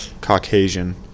Caucasian